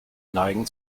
neigen